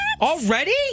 Already